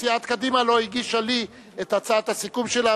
סיעת קדימה לא הגישה לי את הצעת הסיכום שלה,